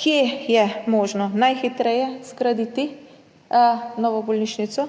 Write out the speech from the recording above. kje je možno najhitreje zgraditi novo bolnišnico,